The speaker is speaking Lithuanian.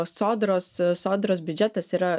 sodros sodros biudžetas yra